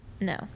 no